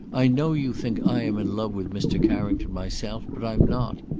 i know you think i am in love with mr. carrington myself, but i'm not.